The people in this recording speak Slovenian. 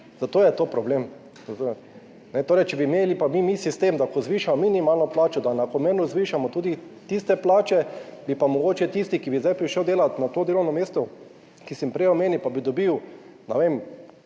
zato je to problem. Torej, če bi pa imeli sistem, ko zvišamo minimalno plačo, da enakomerno zvišamo tudi tiste plače, bi pa mogoče tisti, ki bi zdaj prišel delat na to delovno mesto, ki sem ga prej omenil, pa bi dobil, ne vem,